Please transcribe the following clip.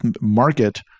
market